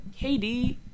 KD